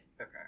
Okay